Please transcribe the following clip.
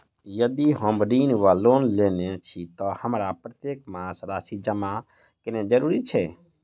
यदि हम ऋण वा लोन लेने छी तऽ हमरा प्रत्येक मास राशि जमा केनैय जरूरी छै?